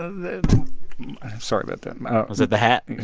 the sorry about that was it the hat? and